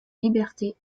libertés